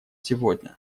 сегодня